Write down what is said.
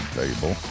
table